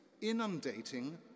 inundating